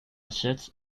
set